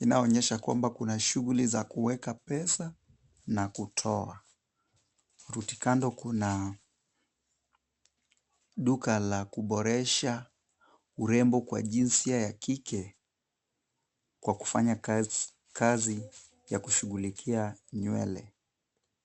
inayoonyesha kwamba kuna shughuli za kuweka pesa na kutoa. Kurudi kando kuna duka la kuboresha urembo kwa jinsia ya kike, kwa kufanya kazi ya kushughulikia nywele.